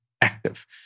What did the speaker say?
active